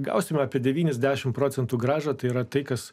gausime apie devyniasdešim procentų grąžą tai yra tai kas